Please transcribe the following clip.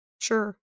Sure